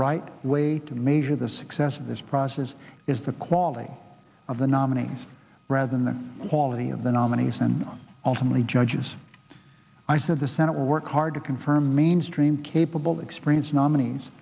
right way to measure the success of this process is the quality of the nominees rather than the quality of the nominees and ultimately judges i said the senate will work hard to confirm mainstream capable experience nominees